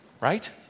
right